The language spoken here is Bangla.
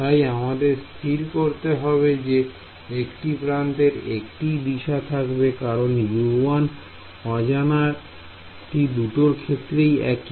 তাই আমাদের স্থির করতে হবে যে একটি প্রান্তের একটিই দিশা থাকবে কারণ U1 অজানা টি দুটোর ক্ষেত্রেই একই